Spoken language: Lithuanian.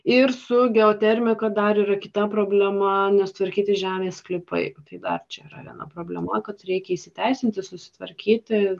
ir su geoterminiu dar yra kita problema nesutvarkyti žemės sklypai arčiau yra viena problema kad reikia įsiteisinti susitvarkyti